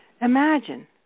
Imagine